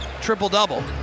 triple-double